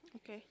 okay